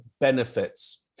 benefits